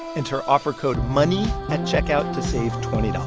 enter offer code money at checkout to save twenty dollars.